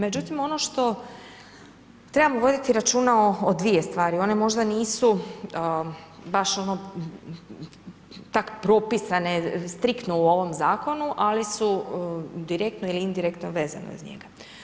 Međutim, ono što trebamo voditi računa o dvije stvari one možda nisu baš ono tak propisane striktno u ovom zakonu, ali su direktno ili indirektno vezane uz njega.